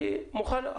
אני מוכן.